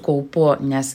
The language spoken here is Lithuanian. kaupu nes